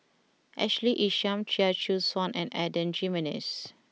Ashley Isham Chia Choo Suan and Adan Jimenez